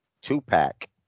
Two-pack